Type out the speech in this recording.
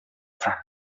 frança